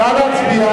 הצעת